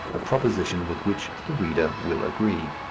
a proposition with which the reader will agree.